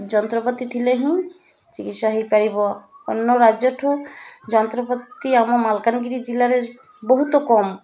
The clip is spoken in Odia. ଯନ୍ତ୍ରପାତି ଥିଲେ ହିଁ ଚିକିତ୍ସା ହେଇପାରିବ ଅନ୍ୟ ରାଜ୍ୟ ଠୁ ଯନ୍ତ୍ରପାତି ଆମ ମାଲକାନଗିରି ଜିଲ୍ଲାରେ ବହୁତ କମ୍